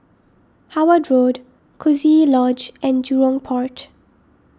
Howard Road Coziee Lodge and Jurong Port